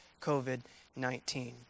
COVID-19